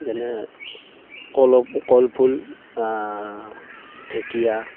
যেনে কলৰ কলফুল ঢেঁকীয়া